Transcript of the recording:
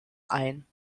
ein